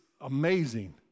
amazing